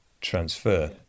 transfer